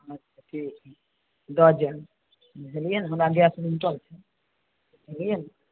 अच्छा ठीक हय दऽ जायब बुझलियै ने हमरा गैस उङ्गटल छै बुझलियै ने